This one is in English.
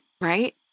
right